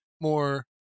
more